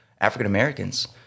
African-Americans